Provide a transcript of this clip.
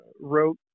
wrote